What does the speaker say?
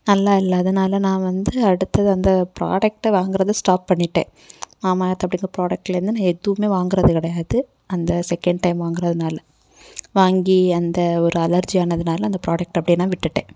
நல்லா இல்லை அதனால் நான் வந்து அடுத்தது அந்த ப்ராடக்ட்டை வாங்குகிறது ஸ்டாப் பண்ணிவிட்டேன் மாமாஎர்த் அப்படிங்குற ப்ராடக்ட்லிருந்து நான் எதுவுமே வாங்குகிறது கிடையாது அந்த செகண்ட் டைம் வாங்குகிறதுனால வாங்கி அந்த ஒரு அலர்ஜி ஆனதுனால் அந்த ப்ராடக்ட்டை அப்படியே நான் விட்டுவிட்டேன்